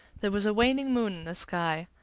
there was a waning moon in the sky,